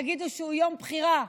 יגידו שהוא יום בחירה,